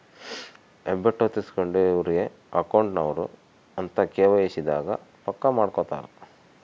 ಹೆಬ್ಬೆಟ್ಟು ಹೊತ್ತಿಸ್ಕೆಂಡು ಇವ್ರೆ ಅಕೌಂಟ್ ನವರು ಅಂತ ಕೆ.ವೈ.ಸಿ ದಾಗ ಪಕ್ಕ ಮಾಡ್ಕೊತರ